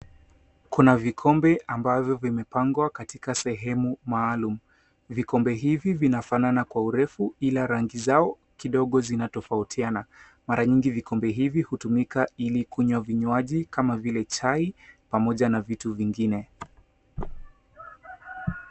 Kuna vikombe ambavyo vimepangwa katika sehemu maalum. Vikombe hivi vinafanana kwa urefu ila rangi zao kidogo zinatofautiana. Mara nyingi vikombe hivi hutumika ili kunywa vinywaji kama vile chai pamoja na vitu vingine.